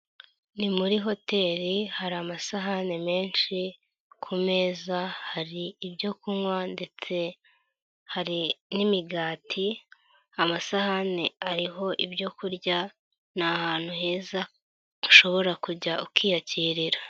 Ni muri hoteri, hari amasahani menshi, ku meza hari ibyo kunywa ndetse hari n'imigati, amasahani ariho ibyo kurya, ni ahantu heza, ushobora kujya ukiyakirira.